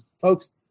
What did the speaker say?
folks